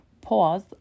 Pause